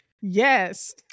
Yes